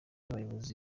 abayobozi